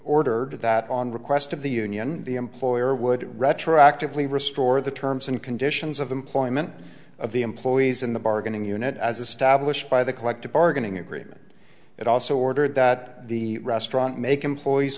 ordered that on request of the union the employer would retroactively restore the terms and conditions of employment of the employees in the bargaining unit as established by the collective bargaining agreement it also ordered that the restaurant make employees